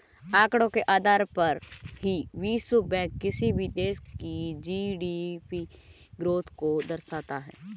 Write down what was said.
आंकड़ों के आधार पर ही विश्व बैंक किसी भी देश की जी.डी.पी ग्रोथ को दर्शाता है